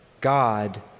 God